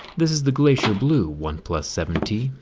this is the glacier blue oneplus seven t.